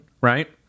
right